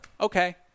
okay